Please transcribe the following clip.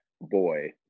boy